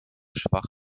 schwach